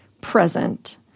present